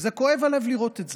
וכואב הלב לראות את זה.